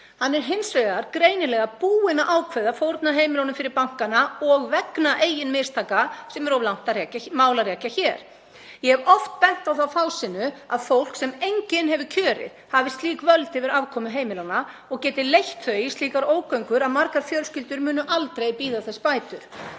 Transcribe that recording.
Hann er hins vegar greinilega búinn að ákveða að fórna heimilunum fyrir bankana vegna eigin mistaka, sem er of langt mál að rekja hér. Ég hef oft bent á þá fásinnu að fólk, sem enginn hefur kjörið, hafi slík völd yfir afkomu heimilanna og geti leitt þau í slíkar ógöngur að margar fjölskyldur munu aldrei bíða þess bætur.